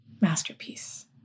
Masterpiece